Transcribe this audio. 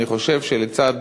אני חושב שלצד